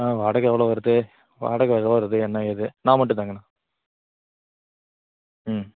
ஆ வாடகை எவ்வளோ வருது வாடகை எவ்வளோ வருது என்ன ஏது நான் மட்டும் தாங்கண்ணா ம்